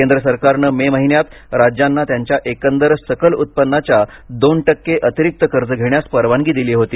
केंद्र सरकारने मे महिन्यात राज्यांना त्यांच्या एकूण सकल उत्पन्नाच्या दोन टक्के अतिरिक्त कर्ज घेण्यास परवानगी दिली होती